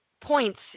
points